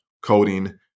Coding